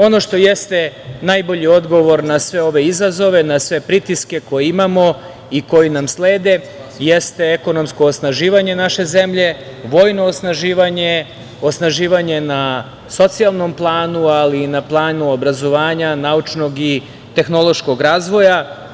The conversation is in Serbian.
Ono što jeste najbolji odgovor na sve ove izazove, na sve pritiske koje imamo i koji nam slede jeste ekonomsko osnaživanje naše zemlje, vojno osnaživanje, osnaživanje na socijalnom planu, ali i na planu obrazovanja, naučnog i tehnološkog razvoja.